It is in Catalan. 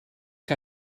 que